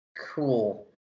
Cool